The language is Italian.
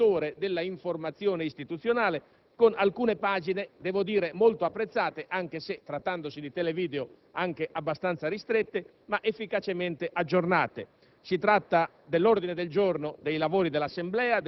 La Camera dei deputati è presente in questo settore dell'informazione istituzionale con alcune pagine, devo dire, molto apprezzate, anche se, trattandosi di Televideo, abbastanza ristrette, ma efficacemente aggiornate: